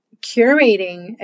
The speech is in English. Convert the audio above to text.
curating